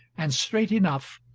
and strait enough,